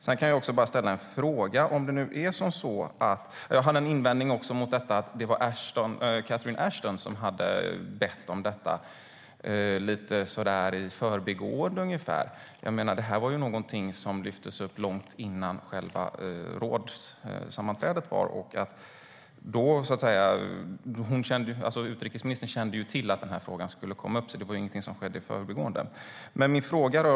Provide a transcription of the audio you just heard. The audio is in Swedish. Sedan har jag en invändning mot att det var Catherine Ashton som skulle ha bett om detta lite så där i förbigående ungefär. Det här var ju något som lyftes upp långt före själva rådssammanträdet. Utrikesministern kände ju till att frågan skulle komma upp, så det var inget som skedde i förbigående.